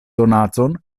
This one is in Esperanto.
donacon